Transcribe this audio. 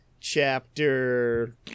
chapter